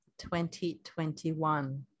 2021